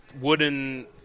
wooden